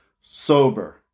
sober